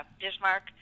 Bismarck